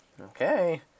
Okay